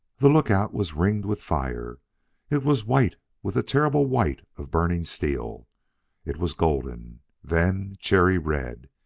the lookout was ringed with fire it was white with the terrible white of burning steel it was golden then cherry red!